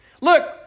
Look